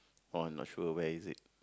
oh not sure where is it